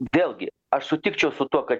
vėlgi aš sutikčiau su tuo kad